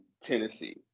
Tennessee